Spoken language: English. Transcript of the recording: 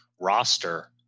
roster